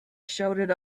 shouted